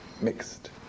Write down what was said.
mixed